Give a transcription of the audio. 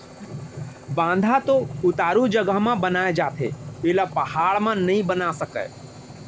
बांधा तो उतारू जघा म बनाए जाथे एला पहाड़ म नइ बना सकय